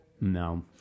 No